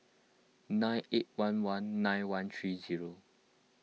nine eight one one nine one three zero